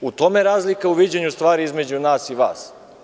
U tome je razlika u viđenju stvari između nas i vas.